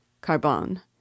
Carbon